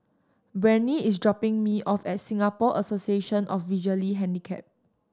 Breanne is dropping me off at Singapore Association of Visually Handicapped